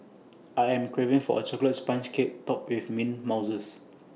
I am craving for A Chocolate Sponge Cake Topped with mint mouses